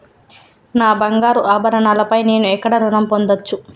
నా బంగారు ఆభరణాలపై నేను ఎక్కడ రుణం పొందచ్చు?